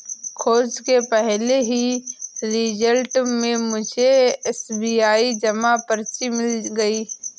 खोज के पहले ही रिजल्ट में मुझे एस.बी.आई जमा पर्ची मिल गई